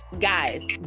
guys